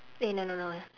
eh no no no